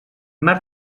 mar